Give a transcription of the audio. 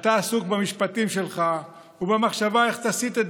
אתה עסוק במשפטים שלך ובמחשבה איך תסיט את